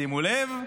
שימו לב,